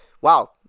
wow